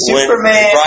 Superman